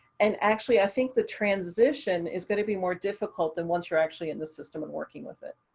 and actually, i think the transition is going to be more difficult than once you're actually in the system and working with it.